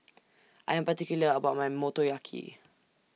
I Am particular about My Motoyaki